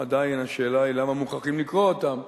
עדיין, השאלה היא למה מוכרחים לקרוא אותם,